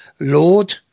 Lord